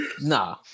nah